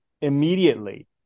immediately